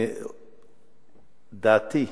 דעתי,